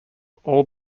all